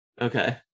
Okay